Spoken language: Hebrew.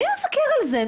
מי מבקר את זה?